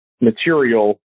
material